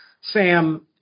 Sam